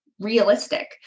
Realistic